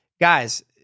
guys